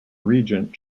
regent